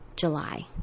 July